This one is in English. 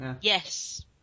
Yes